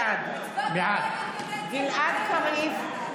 בעד גלעד קריב,